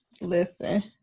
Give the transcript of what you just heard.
listen